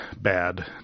bad